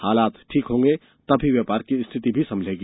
हालात ठीक होंगे तब ही व्यापार की स्थिति भी संभलेंगी